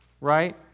right